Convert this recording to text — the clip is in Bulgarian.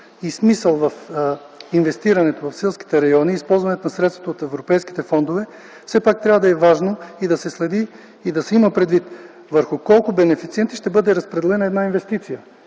и смисъл в инвестирането в селските райони и използването на средствата от европейските фондове, все пак трябва да е важно и да се има предвид върху колко бенефициенти ще бъде разпределена една инвестиция.